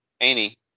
Annie